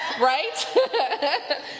right